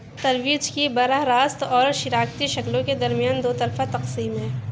ترویج کی براہِ راست اور شراکتی شکلوں کے درمیان دو طرفہ تقسیم ہے